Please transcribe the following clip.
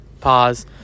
pause